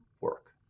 work